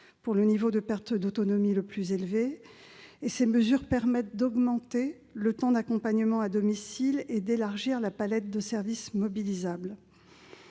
pour le niveau de perte d'autonomie le plus élevé. Ces mesures permettent d'augmenter le temps d'accompagnement à domicile et d'élargir la palette de services mobilisables.